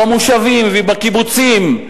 במושבים ובקיבוצים,